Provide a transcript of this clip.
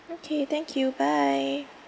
okay thank you bye